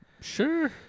sure